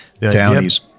Townies